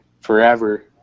forever